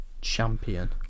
champion